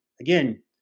again